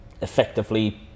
effectively